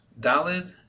Dalid